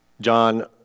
John